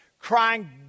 crying